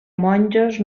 monjos